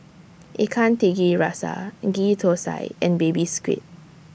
Ikan Tiga Rasa Ghee Thosai and Baby Squid